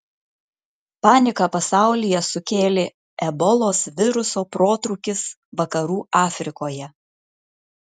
paniką pasaulyje sukėlė ebolos viruso protrūkis vakarų afrikoje